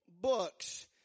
books